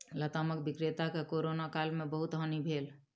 लतामक विक्रेता के कोरोना काल में बहुत हानि भेल